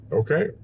okay